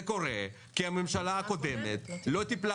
זה קורה כי הממשלה הקודמת לא טיפלה